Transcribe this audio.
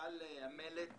למפעל המלט